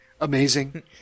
Amazing